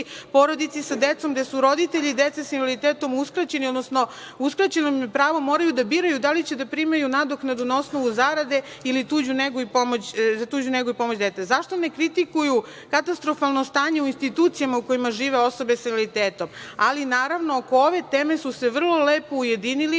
porodici sa decom gde su roditelji dece sa invaliditetom uskraćeni, odnosno uskraćeno im je pravo moraju da biraju da li će da primaju nadoknadu na osnovu zarade ili za tugu negu i pomoć dece? Zašto ne kritikuju katastrofalno stanje u institucijama u kojima žive osobe sa invaliditetom? Naravno, oko ove teme su se vrlo lepo ujedinili